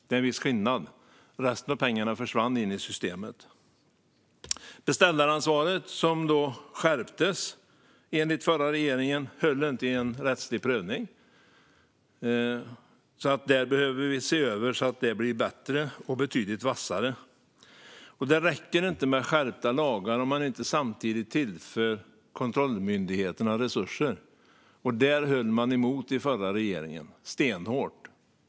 Det är en viss skillnad. Resten av pengarna försvann in i systemet. Beställaransvaret skärptes, enligt förra regeringen. Det höll inte vid en rättslig prövning. Det behöver vi se över, så att det blir bättre och betydligt vassare. Det räcker inte med skärpta lagar om man inte samtidigt tillför kontrollmyndigheterna resurser. Där höll den förra regeringen emot stenhårt.